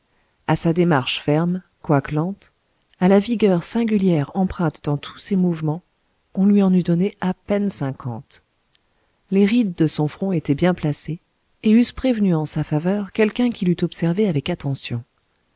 à sa démarche ferme quoique lente à la vigueur singulière empreinte dans tous ses mouvements on lui en eût donné à peine cinquante les rides de son front étaient bien placées et eussent prévenu en sa faveur quelqu'un qui l'eût observé avec attention